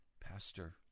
Pastor